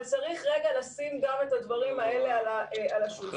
אבל צריך רגע לשים גם את הדברים האלה על השולחן.